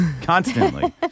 Constantly